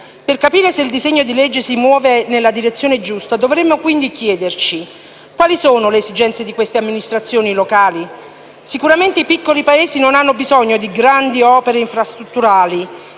Per capire se il disegno di legge si muove nella direzione giusta, dovremmo quindi chiederci: quali sono le esigenze di queste amministrazioni locali? Sicuramente i piccoli paesi non hanno bisogno di grandi opere infrastrutturali